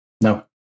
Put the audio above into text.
No